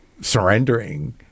surrendering